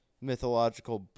mythological